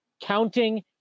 counting